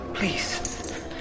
Please